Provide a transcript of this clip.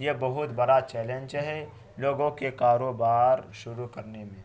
یہ بہت بڑا چیلنج ہے لوگوں کے کاروبار شروع کرنے میں